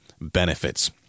benefits